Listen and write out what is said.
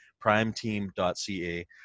primeteam.ca